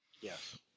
Yes